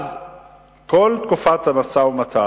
כל תקופת המשא-ומתן,